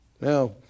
Now